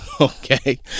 Okay